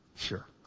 Sure